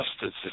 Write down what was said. justice